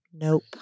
Nope